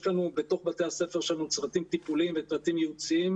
יש לנו בתוך בתי הספר שלנו צוותים טיפוליים וצוותים ייעוציים.